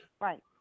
Right